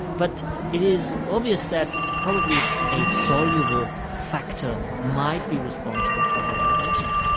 but it is obvious that probably a soluble factor might be responsible for their elevation.